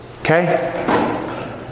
Okay